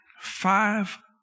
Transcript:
Five